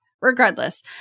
regardless